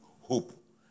hope